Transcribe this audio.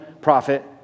prophet